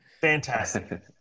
Fantastic